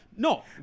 No